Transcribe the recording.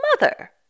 mother